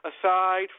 aside